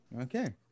Okay